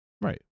right